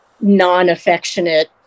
non-affectionate